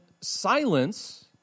silence